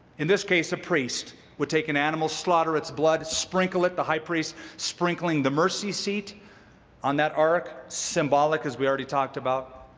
in this case a priest would take an animal, slaughter its blood, sprinkle it, the high priest sprinkling the mercy seat on that ark, symbolic, as we already talked about,